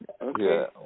Okay